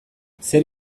zer